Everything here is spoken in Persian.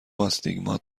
آستیگمات